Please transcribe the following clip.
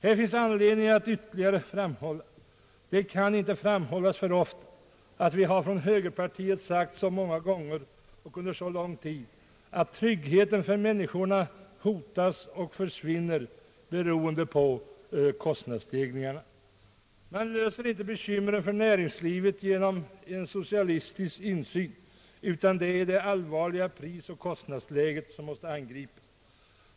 Det finns anledning att ytterligare framhålla — det kan inte framhållas för ofta — att vi inom högerpartiet har sagt så många gånger och under så lång tid att tryggheten för människorna hotas och försvinner beroende på kostnadsstegringarna. Man löser inte bekymren för näringslivet genom en socialistisk insyn utan det är det allvarliga prisoch kostnadsläget, som måste angripas.